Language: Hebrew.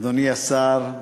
אדוני השר,